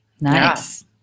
Nice